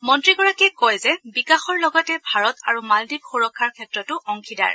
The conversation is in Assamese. মন্ত্ৰীগৰাকীয়ে কয় যে বিকাশৰ লগতে ভাৰত আৰু মালদ্বীপ সুৰক্ষাৰ ক্ষেত্ৰতো অংশীদাৰ